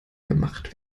gemacht